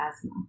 asthma